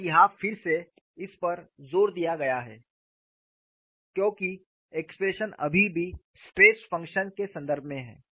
और यहां फिर से इस पर जोर दिया गया है क्योंकि एक्सप्रेशन अभी भी स्ट्रेस फंक्शन के संदर्भ में हैं